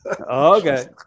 Okay